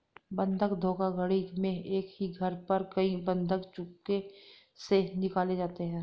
बंधक धोखाधड़ी में एक ही घर पर कई बंधक चुपके से निकाले जाते हैं